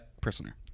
prisoner